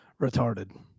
retarded